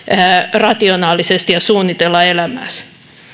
rationaalisesti ja suunnitella elämääsi